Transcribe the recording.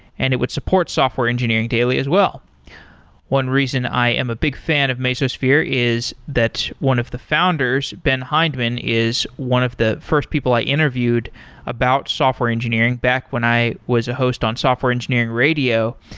and it would support software engineering daily as well one reason i am a big fan of mesosphere is that one of the founders ben hindman is one of the first people i interviewed about software engineering back when i was a host on software engineering radio.